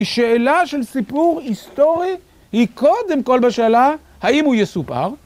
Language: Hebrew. שאלה של סיפור היסטורי היא קודם כל בשאלה האם הוא יסופר.